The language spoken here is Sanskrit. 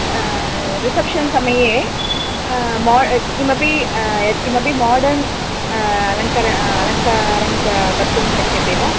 रिसप्षन् समये किमपि यत्किमपि माडर्न् अलङ्कारं कर्तुं शक्यते वा